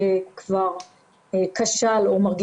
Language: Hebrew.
הרבה פעמים הבן-אדם מסכן את המשפחה שלו ברמה